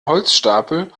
holzstapel